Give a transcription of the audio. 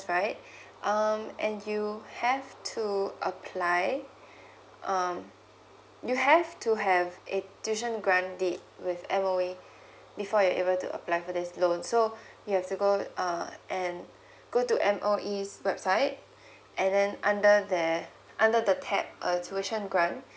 right um and you have to apply um you have to have a tuition grande with M_O_E before you're able to apply for this loan so you have to go uh and go to M_O_E's website and then under there under the tab uh tuition grant